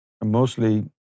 Mostly